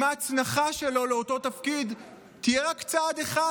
ההצנחה שלו לאותו תפקיד תהיה רק צעד אחד,